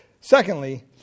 Secondly